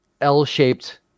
L-shaped